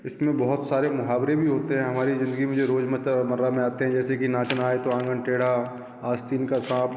इसमें बहुत सारे मुहावरे भी होते हैं हमारी जिंदगी में जो रोज मर्रा में आते हैं जैसे कि नाच ना आए तो आँगन टेढ़ा आस्तीन का साँप